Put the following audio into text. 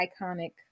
Iconic